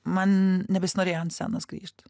man nebesinorėjo ant scenos grįžt